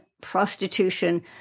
prostitution